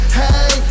hey